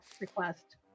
request